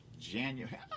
January